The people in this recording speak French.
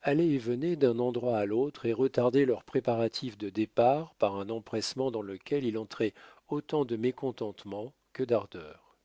allaient et venaient d'un endroit à l'autre et retardaient leurs préparatifs de départ par un empressement dans lequel il entrait autant de mécontentement que d'ardeur